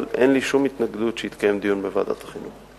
אבל אין לי שום התנגדות שיתקיים דיון בוועדת החינוך.